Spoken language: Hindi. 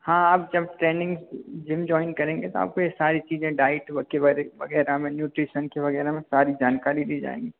हाँ अब जब ट्रेनिंग जिम जॉइन करेंगे तो आपको ये सारी चीजें डाइट व के बारे वगैरह में न्यूट्रिशन के वगैरह में सारी जानकारी दी जाएँगी